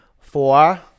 Four